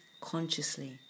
consciously